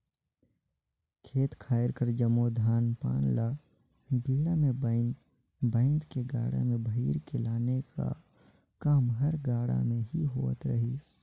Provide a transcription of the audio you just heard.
खेत खाएर कर जम्मो धान पान ल बीड़ा मे बाएध बाएध के गाड़ा मे भइर के लाने का काम हर गाड़ा मे ही होवत रहिस